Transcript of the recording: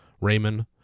Raymond